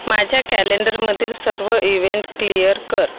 माझ्या कॅलेंडरमधील सर्व इवेंट क्लिअर कर